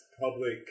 public